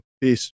Peace